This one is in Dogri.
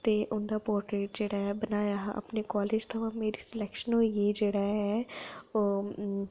ते उंदा पोटर्रेड बनाया हा अपने कालेज थमां मेरी सलैक्शन होई ही ते जेह्ड़ा ऐ